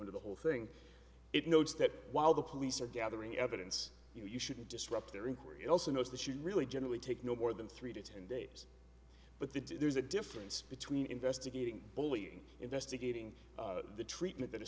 into the whole thing it notes that while the police are gathering evidence you shouldn't disrupt their inquiry also knows that you really generally take no more than three to ten days but that there's a difference between investigating bullying investigating the treatment that a